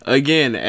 again